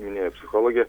minėjo psichologė